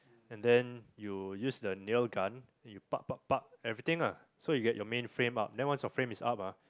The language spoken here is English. and then you use the nail gun then you ah everything ah so you get your main frame up then once your frame is up ah